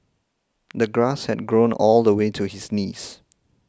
the grass had grown all the way to his knees